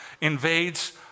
invades